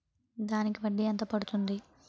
దానికి వడ్డీ ఎంత పడుతుంది?